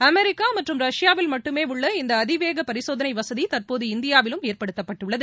America மற்றும் ரஷ்யாவில் மட்டுமே உள்ள இந்த அதிவேக பரிசோதளை வசதி தற்போது இந்தியாவிலும் ஏற்படுத்தப்பட்டுள்ளது